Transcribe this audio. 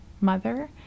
mother